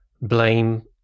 blame